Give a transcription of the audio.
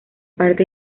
parte